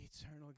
Eternal